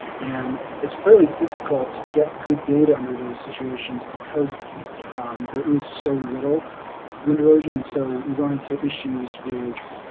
and it's fairly difficult to get good data under those situations because there is so little wind erosion and so we run into issues with,